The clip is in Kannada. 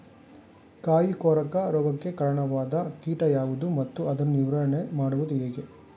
ಕಾಯಿ ಕೊರಕ ರೋಗಕ್ಕೆ ಕಾರಣವಾದ ಕೀಟ ಯಾವುದು ಮತ್ತು ಅದನ್ನು ನಿವಾರಣೆ ಮಾಡುವುದು ಹೇಗೆ?